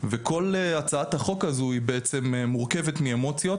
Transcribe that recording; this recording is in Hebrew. וכל הצעת החוק הזו מורכבת מאמוציות